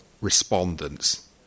respondents